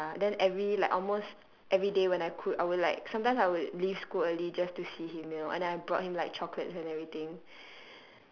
so ya then every like almost everyday when I could I would like sometimes I would leave school early just to see him you know and I brought him chocolates and everything